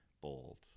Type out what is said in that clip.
bold